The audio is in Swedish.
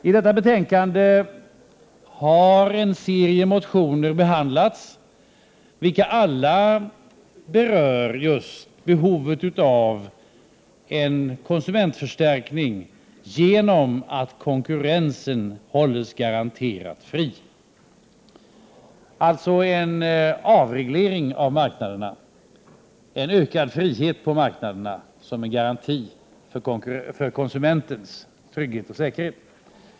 I detta betänkande har det behandlats en serie motioner, vilka alla berör just behovet av en konsumentförstärkning genom att konkurrensen hålls garanterat fri, alltså en avreglering och ökad frihet på marknaderna som garanti för konsumentens trygghet och säkerhet.